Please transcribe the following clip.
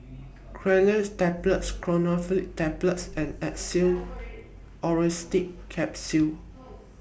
Cinnarizine Tablets Chlorpheniramine Tablets and Xenical Orlistat Capsules